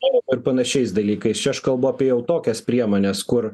ir panašiais dalykais čia aš kalbu jau apie tokias priemones kur